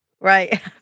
Right